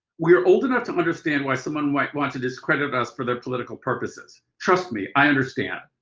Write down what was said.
we're old enough to understand why someone might want to discredit us for their political purposes. trust me, i understand.